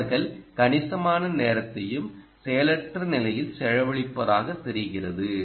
அவர்கள் கணிசமான நேரத்தையும் செயலற்ற நிலையில் செலவழிப்பதாகத் தெரிகிறது